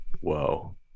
Whoa